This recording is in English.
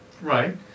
Right